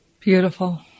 Beautiful